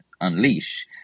unleash